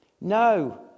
No